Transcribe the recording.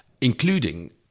including